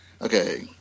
Okay